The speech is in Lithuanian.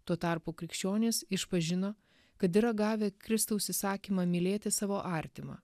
tuo tarpu krikščionys išpažino kad yra gavę kristaus įsakymą mylėti savo artimą